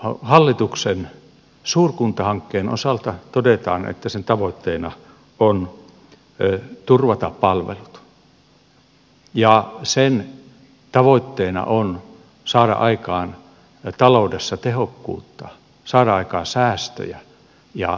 tämän hallituksen suurkuntahankkeen osalta todetaan että sen tavoitteena on turvata palvelut ja sen tavoitteena on saada aikaan taloudessa tehokkuutta saada aikaan säästöjä ja niin edelleen